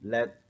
Let